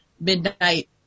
midnight